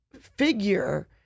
figure